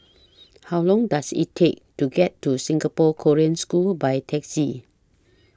How Long Does IT Take to get to Singapore Korean School By Taxi